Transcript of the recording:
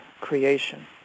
creation